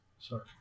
Sorry